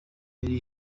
yari